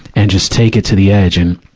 and just take it to the edge. and,